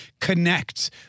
connects